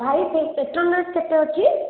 ଭାଇ ସେ petrol rate କେତେ ଅଛି